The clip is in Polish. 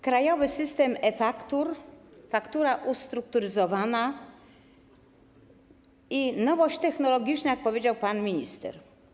Krajowy system e-faktur, faktura ustrukturyzowana i nowość technologiczna, jak powiedział pan minister.